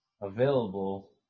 available